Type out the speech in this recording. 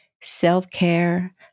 self-care